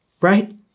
right